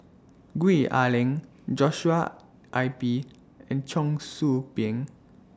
Gwee Ah Leng Joshua Ip and Cheong Soo Pieng